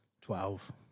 Twelve